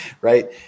Right